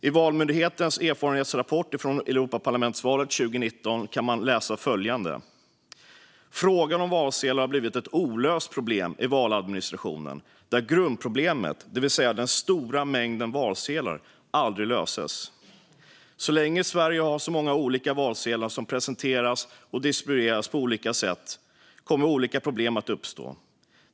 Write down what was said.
I Valmyndighetens erfarenhetsrapport från Europaparlamentsvalet 2019 kan man läsa följande: "Frågan om valsedlar har blivit ett olöst problem i valadministrationen där grundproblemet, det vill säga den stora mängden valsedlar, aldrig löses. Så länge Sverige har så många olika valsedlar som presenteras och distribueras på olika sätt kommer olika problem att uppstå.